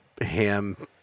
ham